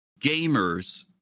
gamers